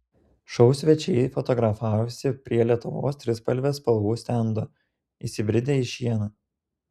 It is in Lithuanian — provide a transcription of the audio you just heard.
šou svečiai fotografavosi prie lietuvos trispalvės spalvų stendo įsibridę į šieną